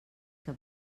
que